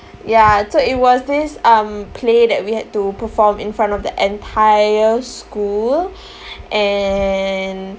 ya so it was this um play that we had to perform in front of the entire school and